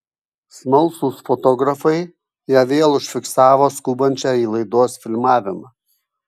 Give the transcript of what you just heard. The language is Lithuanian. smalsūs fotografai ją vėl užfiksavo skubančią į laidos filmavimą